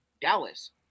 Dallas